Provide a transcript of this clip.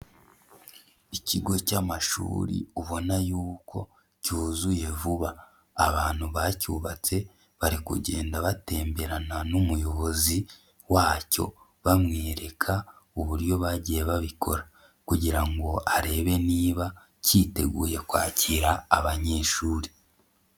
Ikigo cy'amashuri ubona yuko cyuzuye vuba. Abantu bacyubatse bari kugenda batemberana n'umuyobozi wacyo bamwereka uburyo bagiye babikora kugira ngo arebe niba kiteguye kwakira abanyeshuri.